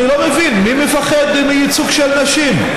אני לא מבין, מי מפחד מייצוג של נשים?